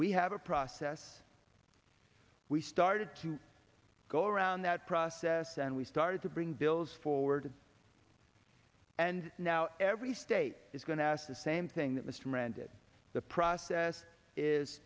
we have a process we started to go around that process and we started to bring bills forward and now every state is going to ask the same thing that mr miranda the process is